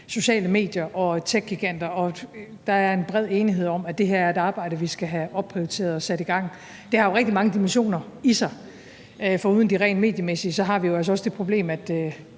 sociale medier og techgiganter, og der er en bred enighed om, at det her er et arbejde, vi skal have opprioriteret og sat i gang. Det har jo rigtig mange dimensioner i sig. Foruden det rent mediemæssige har vi også det problem,